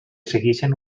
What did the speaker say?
segueixen